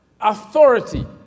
authority